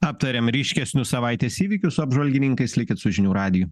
aptariam ryškesnius savaitės įvykius su apžvalgininkais likit su žinių radiju